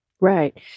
Right